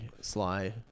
Sly